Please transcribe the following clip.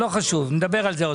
טוב, לא חשוב, נדבר על זה.